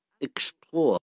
explore